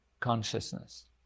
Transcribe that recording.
consciousness